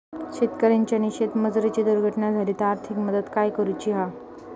शेतकऱ्याची आणि शेतमजुराची दुर्घटना झाली तर आर्थिक मदत काय करूची हा?